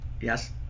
Yes